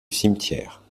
cimetière